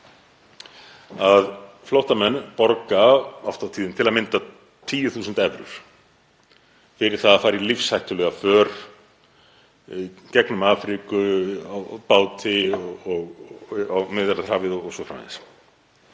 að flóttamenn borga oft á tíðum til að mynda 10.000 evrur fyrir að fara í lífshættulega för gegnum Afríku, á báti á Miðjarðarhafi o.s.frv.